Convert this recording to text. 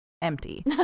empty